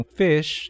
fish